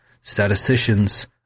statisticians